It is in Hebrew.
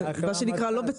זה, מה שנקרא, לא בטעות.